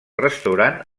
restaurant